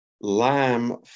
lamb